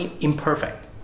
imperfect